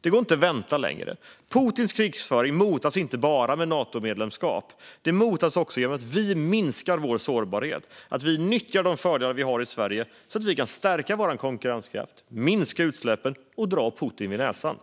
Det går inte att vänta längre. Putins krigföring motas inte bara med ett Natomedlemskap utan också genom att vi minskar vår sårbarhet och nyttjar de fördelar som vi har i Sverige så att vi kan stärka vår konkurrenskraft, minska utsläppen och dra Putin vid näsan.